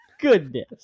Goodness